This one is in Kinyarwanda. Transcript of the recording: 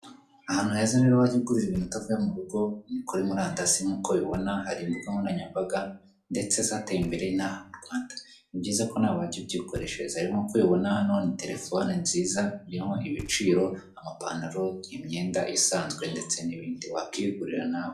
Ahantu heza rero wajya ugurira ibintu utavuye mu rugo kuri murandasi nk'uko ubiboa, hari imbuga nkoranyambaga ndetse zateye imbere n'aha mu Rwanda, ni byiza ko nawe wajya ubyikoreshereza, rero nk'uko ubibona hano ni terefone nziza irimo ibiciro, amapantaro, imyenda isanzwe ndetse n'ibindi, wakwigurira nawe.